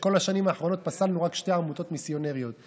כשכל השנים האחרונות פסלנו רק שתי עמותות מיסיונריות.